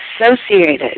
associated